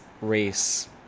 race